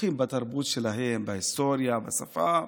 בטוחים בתרבות שלהם, בהיסטוריה, בשפה,